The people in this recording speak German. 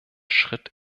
schritt